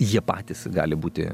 jie patys gali būti